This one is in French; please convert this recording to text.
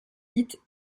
dites